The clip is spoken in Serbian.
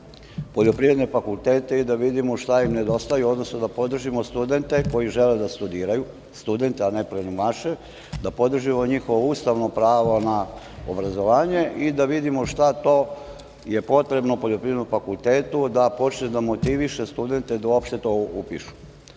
da vidimo šta im nedostaje, odnosno da podržimo studente koji žele da studiraju, studente, a ne plenumaše, da podržimo njihova ustavno pravo na obrazovanje i da vidimo šta je to potrebno poljoprivrednom fakultetu da počne da motiviše studente da to upišu. Dame